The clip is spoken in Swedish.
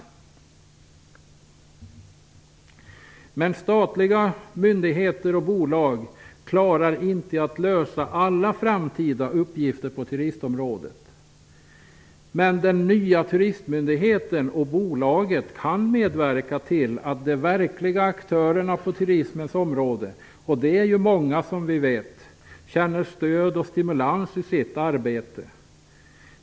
Statliga myndigheter och bolag klarar inte att lösa alla framtida uppgifter på turistområdet. Den nya turistmyndigheten och bolaget kan medverka till att de verkliga aktörerna på turismens område - och de är ju många som vi vet - känner stöd och stimulans i sitt arbete.